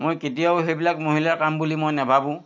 মই কেতিয়াও সেইবিলাক মহিলাৰ কাম বুলি মই নেভাবোঁ